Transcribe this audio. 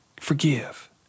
forgive